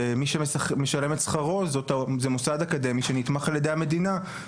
שמי שמשלם את שכרו זה מוסד אקדמי שנתמך על ידי המדינה.